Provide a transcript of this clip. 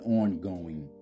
ongoing